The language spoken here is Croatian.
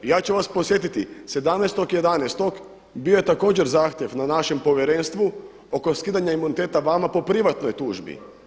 Ja ću vas podsjetiti, 17.11. bio je također zahtjev na našem povjerenstvu oko skidanja imuniteta vama po privatnoj tužbi.